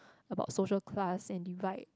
about social class and invite